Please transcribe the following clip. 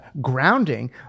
grounding